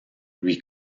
lui